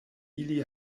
ili